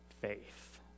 faith